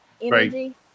energy